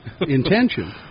intention